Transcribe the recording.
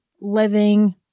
living